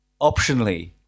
optionally